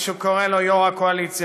כפי שקורא לו יו"ר הקואליציה,